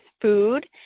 food